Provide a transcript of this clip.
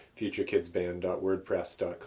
futurekidsband.wordpress.com